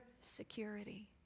security